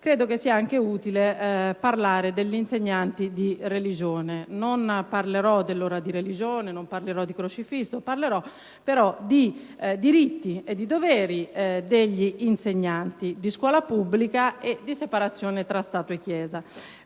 credo sia anche utile parlare degli insegnanti di religione. Non parlerò dell'ora di religione e di crocifisso; parlerò però di diritti e di doveri degli insegnanti di scuola pubblica e di separazione tra Stato e Chiesa.